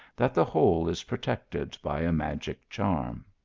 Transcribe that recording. that the whole is protected by a magic charm,